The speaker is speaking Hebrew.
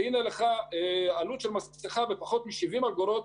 והנה לך עלות מסכה בפחות מ-70 אגורות,